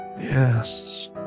Yes